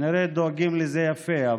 כנראה דואגים לזה יפה,